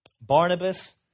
Barnabas